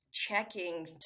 checking